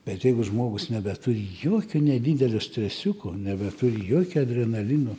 bet jeigu žmogus nebeturi jokio nedidelio stresiuko nebeturi jokio adrenalino